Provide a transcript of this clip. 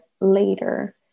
later